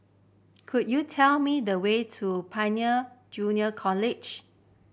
could you tell me the way to Pioneer Junior College